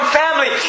family